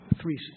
three